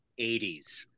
80s